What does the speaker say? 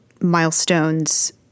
milestones